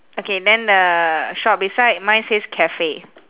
okay then the shop beside mine says cafe